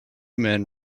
men